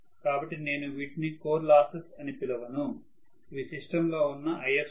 కాబట్టి నేను వీటిని కోర్ లాసెస్ అని పిలవను ఇవి సిస్టం లో ఉన్నIf2Rf కాపర్ లాసెస్